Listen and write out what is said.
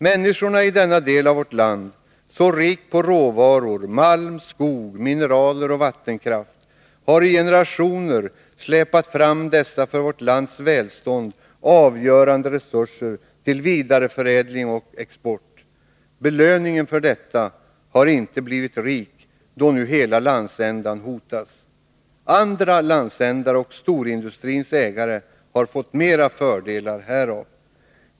Människorna i denna del av vårt land, så rik på råvaror, malm, skog, mineraler och vattenkraft, har i generationer släpat fram dessa för vårt lands välstånd avgörande resurser till vidareförädling och export. Belöningen för detta har inte blivit rik, då nu hela landsändan hotas. Andra landsändar och storindustrins ägare har fått mera fördelar härav.